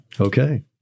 Okay